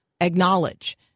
acknowledge